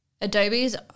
Adobe's